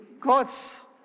God's